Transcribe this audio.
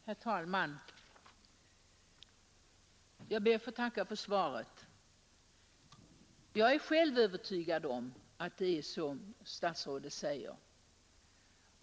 Herr talman! Jag ber att få tacka för svaret. Jag är själv övertygad om att det är som statsrådet säger.